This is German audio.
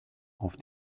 auf